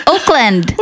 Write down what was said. Oakland